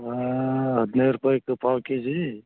ಹದಿನೈದು ರೂಪಾಯಿ ಇತ್ತು ಪಾವು ಕೆ ಜಿ